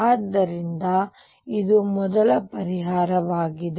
ಆದ್ದರಿಂದ ಇದು ಮೊದಲ ಪರಿಹಾರವಾಗಿದೆ